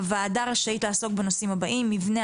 הועדה רשאית לעסוק בנושאים הבאים מבנה